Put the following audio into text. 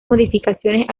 modificaciones